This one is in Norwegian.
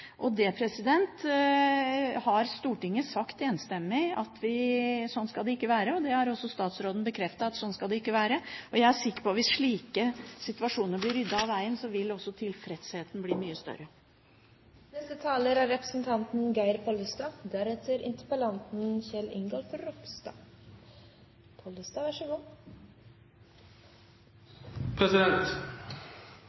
Det har Stortinget sagt enstemmig at sånn skal det ikke være, og det har også statsråden bekreftet at sånn skal det ikke være. Jeg er sikker på at hvis slike situasjoner blir ryddet av vegen, vil også tilfredsheten bli mye større. De nedskjæringene som nå har kommet i Nav, kommer som følge av at antall tiltaksplasser er